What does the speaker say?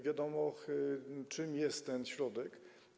Wiadomo, czym jest ten środek.